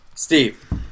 Steve